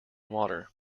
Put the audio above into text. water